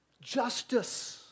justice